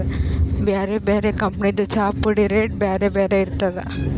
ಬ್ಯಾರೆ ಬ್ಯಾರೆ ಕಂಪನಿದ್ ಚಾಪುಡಿದ್ ರೇಟ್ ಬ್ಯಾರೆ ಬ್ಯಾರೆ ಇರ್ತದ್